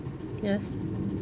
yes